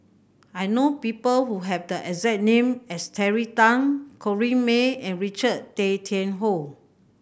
I know people who have the exact name as Terry Tan Corrinne May and Richard Tay Tian Hoe